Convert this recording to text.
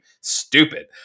stupid